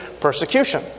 persecution